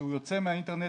כשהוא יוצא מהאינטרנט,